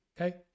okay